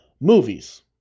movies